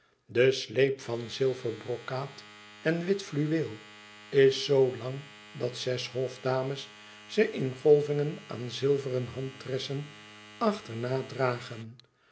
de sleep van zilverbrokaat en wit fluweel is zoo lang dat zes hofdames ze in golvingen aan zilveren handtrensen achterna dragen